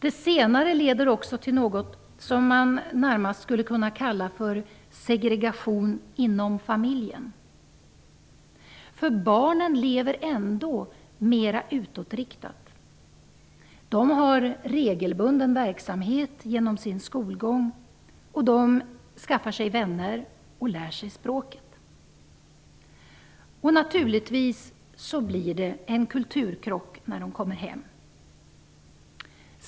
Det senare leder också till något som man närmast skulle kunna kalla för segregation inom familjen. Barnen lever ju mer utåtriktat. De har regelbunden verksamhet genom sin skolgång, och de skaffar sig vänner och lär sig språket. Naturligtvis blir det en kulturkrock när de kommer hem.